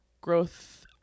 growth